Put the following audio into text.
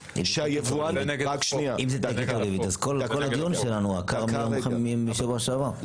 אז כל הדיון שלנו עקר, משבוע שעבר.